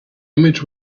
image